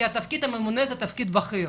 שאני מכירה, כי תפקיד ממונה הוא תפקיד בכיר.